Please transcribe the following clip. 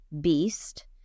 beast